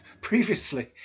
previously